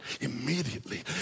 immediately